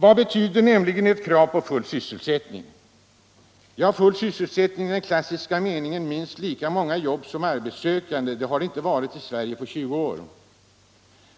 Vad betyder nämligen eu krav på full sysselsättning? Full sysselsättning i den klassiska meningen — minst lika många jobb som arbetssökande — har det inte varit i Sverige på 20 år.